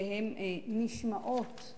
שהן נשמעות,